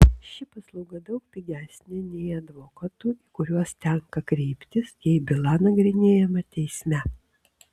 ši paslauga daug pigesnė nei advokatų į kuriuos tenka kreiptis jei byla nagrinėjama teisme